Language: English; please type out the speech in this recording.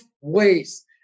ways